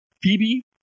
Phoebe